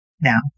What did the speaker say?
Now